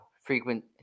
frequent